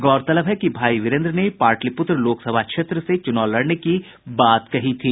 गौरतलब है कि भाई वीरेन्द्र ने पाटिलपुत्र लोकसभा क्षेत्र से चुनाव लड़ने की बात कही थी